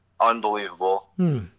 Unbelievable